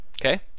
Okay